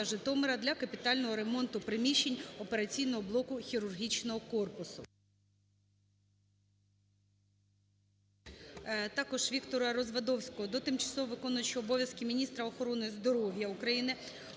Житомира для капітального ремонту приміщень операційного блоку хірургічного корпусу.